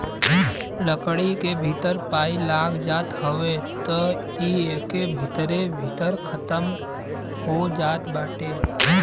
लकड़ी के भीतर पाई लाग जात हवे त इ एके भीतरे भीतर खतम हो जात बाटे